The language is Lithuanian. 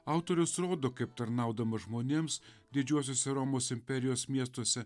autorius rodo kaip tarnaudamas žmonėms didžiuosiuose romos imperijos miestuose